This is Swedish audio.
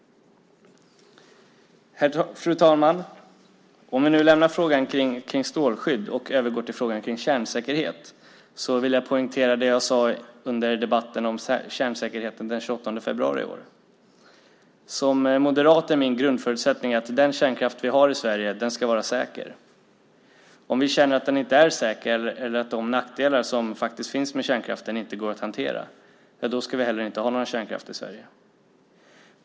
Fru talman! Vi lämnar nu frågan om strålskydd och övergår till frågan om kärnsäkerhet. Jag vill poängtera det jag sade under debatten om kärnsäkerheten den 28 februari i år. Som moderat är min grundförutsättning att den kärnkraft vi har i Sverige ska vara säker. Om vi känner att den inte är säker eller att de nackdelar som finns med kärnkraften inte går att hantera ska vi heller inte ha någon kärnkraft i Sverige.